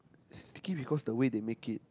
it's sticky because the way they make it